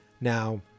now